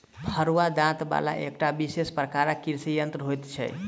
फरूआ दाँत बला एकटा विशेष प्रकारक कृषि यंत्र होइत छै